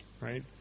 Right